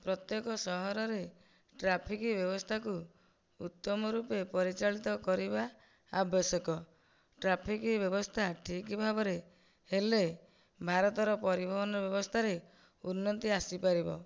ପ୍ରତ୍ୟେକ ସହରରେ ଟ୍ରାଫିକ୍ ବ୍ୟବସ୍ଥାକୁ ଉତ୍ତମ ରୂପେ ପରିଚାଳିତ କରିବା ଆବଶ୍ୟକ ଟ୍ରାଫିକ୍ ବ୍ୟବସ୍ଥା ଠିକ୍ ଭାବରେ ହେଲେ ଭାରତ ର ପରିବହନ ବ୍ୟବସ୍ଥାରେ ଉନ୍ନତି ଆସିପାରିବ